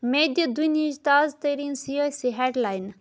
مےٚ دِ دُنہیچ تازٕ ترین سیٲسی ہیڈ لاینہٕ